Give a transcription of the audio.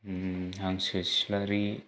ओम हांसो सिलारि